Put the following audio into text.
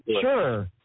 sure